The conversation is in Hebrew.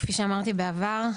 כפי שאמרתי בעבר,